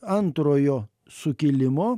antrojo sukilimo